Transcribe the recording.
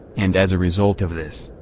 and as a result of this,